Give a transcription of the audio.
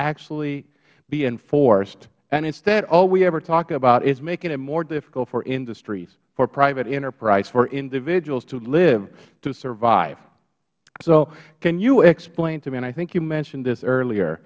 actually be enforced and instead all we ever talk about is making it more difficult for industries for private enterprise and for individuals to live to survive so can you explain to me and i think you mentioned this earlier